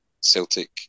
Celtic